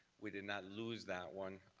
we did not lose that one,